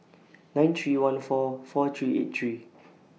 nine three one four four three eight three